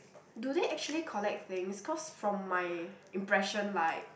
do they actually collect things cause from my impression like